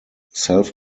self